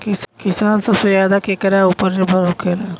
किसान सबसे ज्यादा केकरा ऊपर निर्भर होखेला?